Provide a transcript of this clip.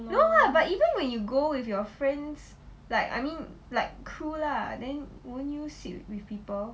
no lah but even when you go with your friends like I mean like cool lah then won't you sit with people